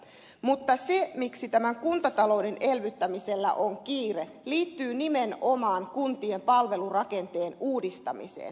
mutta se miksi tämän kuntatalouden elvyttämisellä on kiire liittyy nimenomaan kuntien palvelurakenteen uudistamiseen